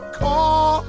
call